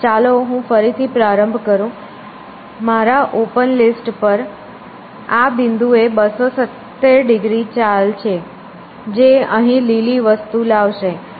ચાલો હું ફરીથી પ્રારંભ કરું મારા ઓપન લિસ્ટ પર આ બિંદુએ 270 ડિગ્રી ચાલ છે જે અહીં લીલી વસ્તુ લાવશે